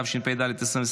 התשפ"ד 2024,